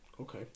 Okay